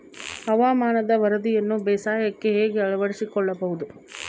ಹವಾಮಾನದ ವರದಿಯನ್ನು ಬೇಸಾಯಕ್ಕೆ ಹೇಗೆ ಅಳವಡಿಸಿಕೊಳ್ಳಬಹುದು?